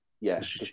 Yes